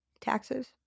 Taxes